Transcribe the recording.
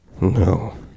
No